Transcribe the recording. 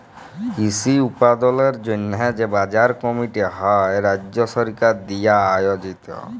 কৃষি উৎপাদলের জন্হে যে বাজার কমিটি হ্যয় রাজ্য সরকার দিয়া আয়জিত